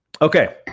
Okay